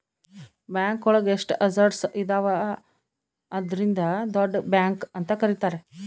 bank ಒಳಗ ಎಷ್ಟು assets ಇದಾವ ಅದ್ರಿಂದ ದೊಡ್ಡ ಬ್ಯಾಂಕ್ ಅಂತ ಕರೀತಾರೆ